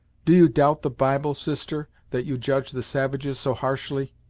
do you doubt the bible, sister, that you judge the savages so harshly!